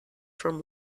from